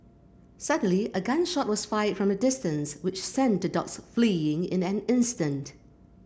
suddenly a gun shot was fired from a distance which sent the dogs fleeing in an instant